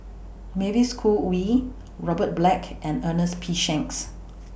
Mavis Khoo Oei Robert Black and Ernest P Shanks